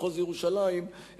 מחוז ירושלים,